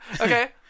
Okay